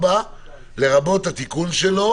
לרבות התיקון שלו